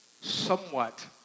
somewhat